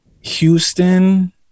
houston